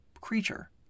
creature